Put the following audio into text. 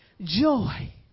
joy